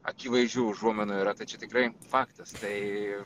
akivaizdžių užuominų yra tai čia tikrai faktas tai